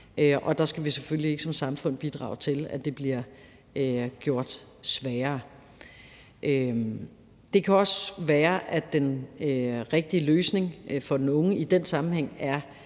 Der skal vi selvfølgelig ikke som samfund bidrage til, at det bliver gjort sværere. Det kan også være, at den rigtige løsning for den unge i den sammenhæng er